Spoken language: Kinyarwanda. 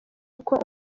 uko